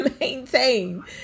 maintain